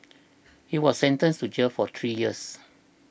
he was sentenced to jail for three years